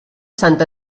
sant